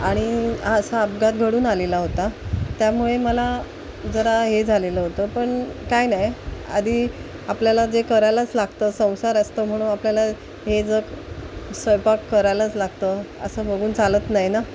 आणि हा असा अपघात घडून आलेला होता त्यामुळे मला जरा हे झालेलं होतं पण काही नाही आधी आपल्याला जे करायलाच लागतं संसार असतं म्हणून आपल्याला हे जक् स्वयंपाक करायलाच लागतं असं बघून चालत नाही ना